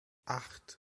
acht